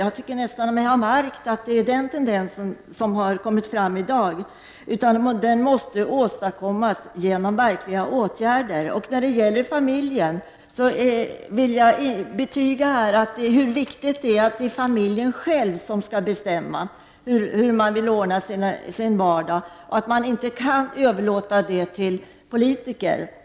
Jag tycker mig ha märkt att det är den tendensen som kommer fram i dag. Tryggheten måste åstadkommas genom verkliga åtgärder. Jag vill betyga hur viktigt det är att familjen själv får bestämma hur den vill ordna sin vardag. Man kan inte överlåta det till politiker.